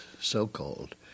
so-called